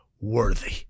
worthy